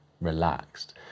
relaxed